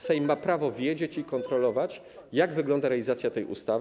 Sejm ma prawo wiedzieć i kontrolować, jak wygląda realizacja tej ustawy.